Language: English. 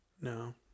No